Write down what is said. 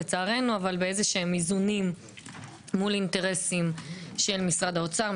לצערנו אבל באיזונים מול אינטרסים של משרדי האוצר,